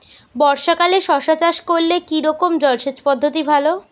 বর্ষাকালে শশা চাষ করলে কি রকম জলসেচ পদ্ধতি ভালো?